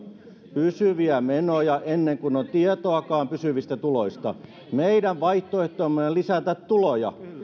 pysyviä menoja ennen kuin on tietoakaan pysyvistä tuloista meidän vaihtoehtomme on lisätä tuloja